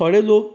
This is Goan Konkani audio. थोडे लोक